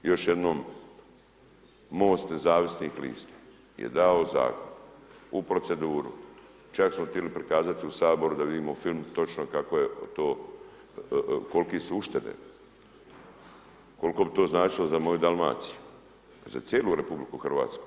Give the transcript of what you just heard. Još jednom, Most nezavisnih lista je dao Zakon u proceduru, čak smo tili prikazati u Saboru da vidimo film točno kako je to, kolike su uštede, koliko bi to značilo za moju Dalmaciju, za cijelu RH.